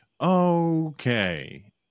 okay